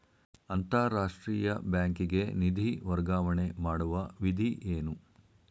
ಅಂತಾರಾಷ್ಟ್ರೀಯ ಬ್ಯಾಂಕಿಗೆ ನಿಧಿ ವರ್ಗಾವಣೆ ಮಾಡುವ ವಿಧಿ ಏನು?